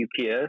UPS